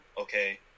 Okay